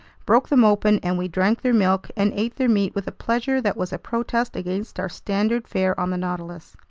broke them open, and we drank their milk and ate their meat with a pleasure that was a protest against our standard fare on the nautilus.